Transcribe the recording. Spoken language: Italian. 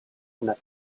una